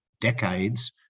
decades